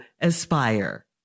Aspire